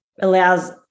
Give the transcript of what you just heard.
allows